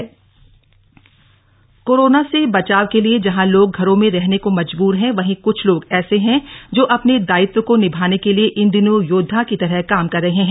corona warriors Kotdwar corona से बचाव के लिए जहां लोग घरों में रहने को मजबूर हैं वहीं कृछ लोग ऐसे हैं जो अपने दायित्व को निभाने के लिए इन दिनों योद्वा की तरह काम कर रहे हैं